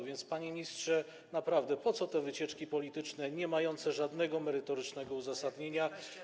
A więc, panie ministrze, naprawdę, po co te wycieczki polityczne, niemające żadnego merytorycznego uzasadnienia?